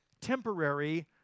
temporary